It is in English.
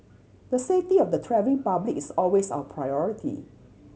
the safety of the travelling public is always our priority